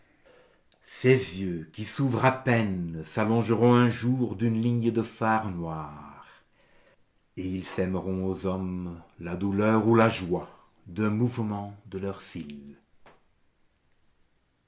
ces yeux qui s'ouvrent à peine s'allongeront un jour d'une ligne de fard noir et ils sèmeront aux hommes la douleur ou la joie d'un mouvement de leurs cils